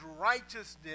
righteousness